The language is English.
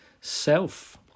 self